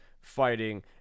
fighting